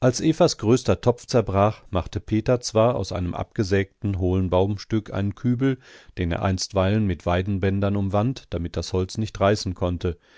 als evas größter topf zerbrach machte peter zwar aus einem abgesägten hohlen baumstück einen kübel den er einstweilen mit weidenbändern umwand damit das holz nicht reißen konnte